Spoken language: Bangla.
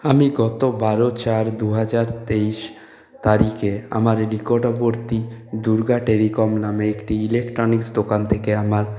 আমি গত বারো চার দু হাজার তেইশ তারিখে আমার নিকটবর্তী দুর্গা টেলিকম নামে একটা ইলেকট্রনিক্স দোকান থেকে আমার